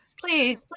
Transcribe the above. please